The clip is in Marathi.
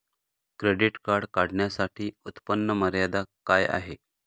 क्रेडिट कार्ड काढण्यासाठी उत्पन्न मर्यादा काय आहे?